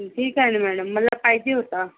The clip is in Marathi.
ठीक आहे ना मॅडम मला पाहिजे होता